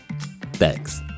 Thanks